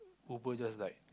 Uber just died